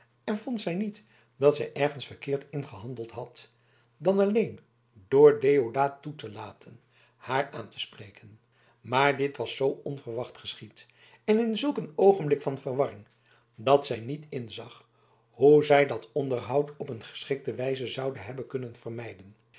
en vond zij niet dat zij ergens verkeerd in gehandeld had dan alleen door deodaat toe te laten haar aan te spreken maar dit was zoo onverwacht geschied en in zulk een oogenblik van verwarring dat zij niet inzag hoe zij dat onderhoud op een geschikte wijze zoude hebben kunnen vermijden